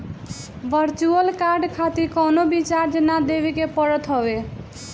virtual card खातिर कवनो भी चार्ज ना देवे के पड़त हवे